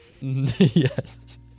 Yes